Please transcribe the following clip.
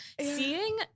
Seeing